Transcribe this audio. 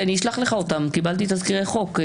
אני אשלח לך, קיבלתי תזכירי חוק.